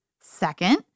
Second